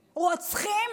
"רוצחים"?